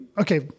Okay